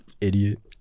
idiot